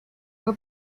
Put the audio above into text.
fue